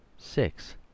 Six